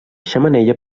xemeneia